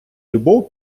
любов